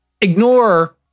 Ignore